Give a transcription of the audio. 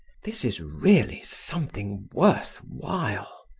this is really something worth while,